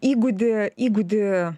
įgūdį įgūdį